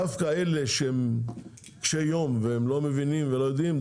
דווקא אלה שהם קשי יום ולא מבינים ולא יודעים,